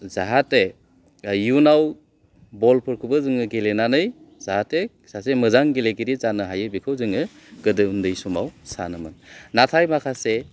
जाहाथे इयुनाव बलफोरखौबो जोङो गेलेनानै जाहाथे सासे मोजां गेलेगिरि जानो हायो बेखौ जोङो गोदो उन्दै समाव सानोमोन नाथाय माखासे